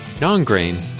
non-grain